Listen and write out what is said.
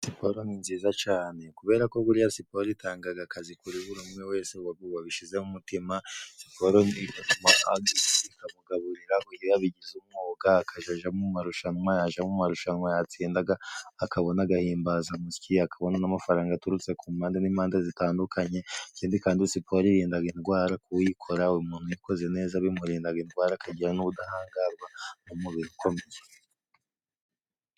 Siporo ni nziza cyane kubera ko buriya siporo itangaga akazi kuri buri umwe wese wabishyizemo umutima bigatuma ikamugaburira uyu yabigize umwuga akajajamo marushanwa yajemo mu marushanwa yatsindagaba n'agahimbazamuzisyi akabona n'amafaranga aturutse ku mpande n'impande zitandukanye. Ikindi kandi uzi ko yaririndaga indwara kuuyikora umuntu yakoze neza bimurindaga indwara akagira n'ubudahangarwa mu mubiri ukomeye.